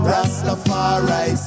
Rastafari